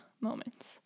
moments